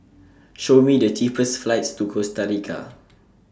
Show Me The cheapest flights to Costa Rica